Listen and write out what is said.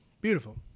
Beautiful